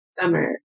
Summer